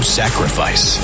sacrifice